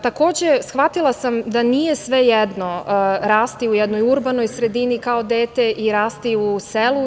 Takođe, shvatila sam da nije svejedno rasti u jednoj urbanoj sredini kao dete i rasti u selu.